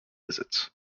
visits